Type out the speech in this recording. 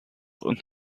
und